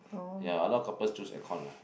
ya a lot couples choose air con uh